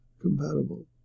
compatible